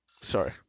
Sorry